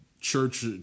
church